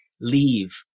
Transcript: leave